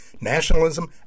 nationalism